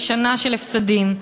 ושנה של הפסדים.